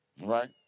right